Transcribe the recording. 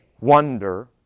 wonder